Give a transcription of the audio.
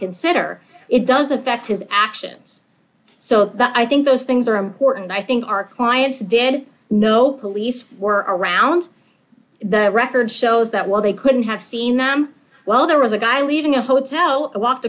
consider it doesn't affect his actions so that i think those things are important i think our clients dan no police were around the record shows that while they couldn't have seen them well there was a guy leaving a hotel walked